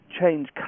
change